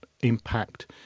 impact